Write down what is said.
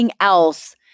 else